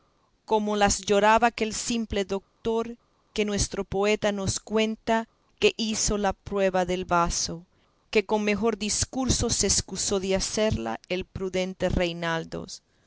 como las lloraba aquel simple doctor que nuestro poeta nos cuenta que hizo la prueba del vaso que con mejor discurso se escusó de hacerla el prudente reinaldos